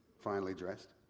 finely dressed,